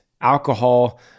alcohol